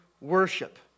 worship